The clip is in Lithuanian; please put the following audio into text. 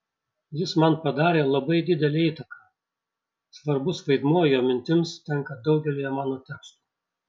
jis man padarė labai didelę įtaką svarbus vaidmuo jo mintims tenka daugelyje mano tekstų